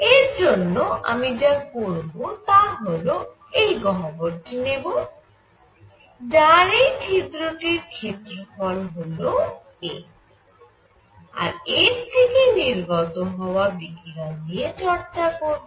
এর জন্য আমি যা করব তা হল আমি এই গহ্বরটি নেব যার এই ছিদ্রটির ক্ষেত্রফল হল a আর এর থেকে নির্গত হওয়া বিকিরণ নিয়ে চর্চা করব